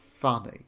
funny